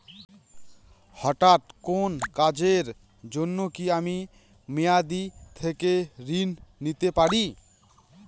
হঠাৎ কোন কাজের জন্য কি আমি মেয়াদী থেকে ঋণ নিতে পারি?